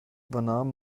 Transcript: übernahm